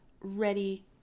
ready